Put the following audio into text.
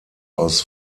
aus